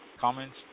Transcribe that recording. comments